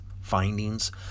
findings